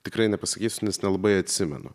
tikrai nepasakysiu nes nelabai atsimenu